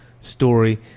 story